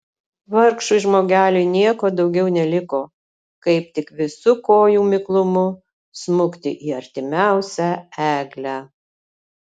vargšui žmogeliui nieko daugiau neliko kaip tik visu kojų miklumu smukti į artimiausią eglę